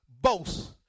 boast